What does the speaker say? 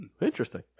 interesting